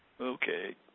Okay